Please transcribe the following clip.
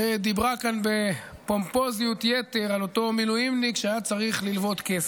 ודיברה כאן בפומפוזיות יתר על אותו מילואימניק שהיה צריך ללוות כסף.